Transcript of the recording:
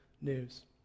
news